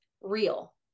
real